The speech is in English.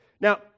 Now